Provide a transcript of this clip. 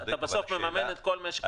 בסוף אתה מממן את כל משק המים.